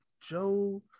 Joe